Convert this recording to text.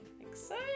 Exciting